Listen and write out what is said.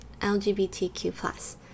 LGBTQ+